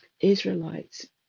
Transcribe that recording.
Israelites